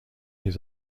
his